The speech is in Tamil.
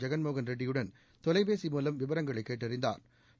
ஜெகன் மோகன் ரெட்டியுடன் தொலைபேசி மூலம் விவரங்களை கேட்டறிந்தாா்